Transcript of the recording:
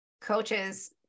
coaches